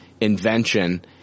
invention